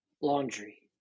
laundry